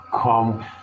come